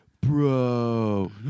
bro